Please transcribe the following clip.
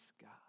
God